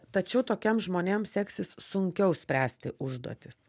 tačiau tokiem žmonėms seksis sunkiau spręsti užduotis